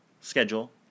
schedule